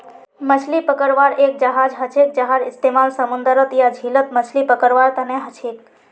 मछली पकड़वार एक जहाज हछेक जहार इस्तेमाल समूंदरत या झीलत मछली पकड़वार तने हछेक